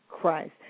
Christ